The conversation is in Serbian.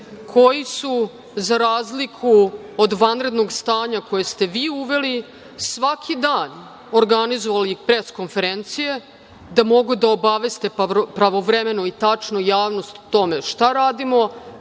koji su, za razliku od vanrednog stanja koje ste vi uveli, svaki dan organizovali pres konferencije, da mogu da obaveste pravovremeno i tačno javnost o tome šta radimo,